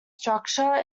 structure